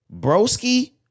Broski